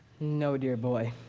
no dear boy,